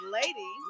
lady